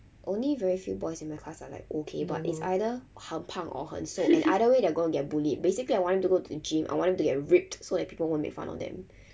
only very few boys in my class are like okay but it's either 很胖 or 很瘦 either way they're gonna get bullied basically I want them to go to the gym I want them to get ribbed so that people won't make fun of them